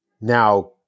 now